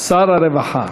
שר הרווחה